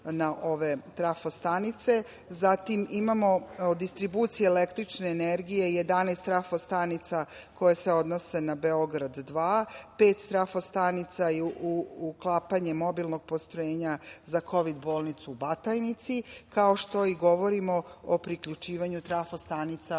na ove trafostanice. Zatim, imamo od distribucije električne energije 11 trafostanica koje se odnose na "Beograd 2", pet trafostanica je uklapanje mobilnog postrojenja za kovid bolnicu u Batajnici, kao što i govorimo o priključivanju trafostanica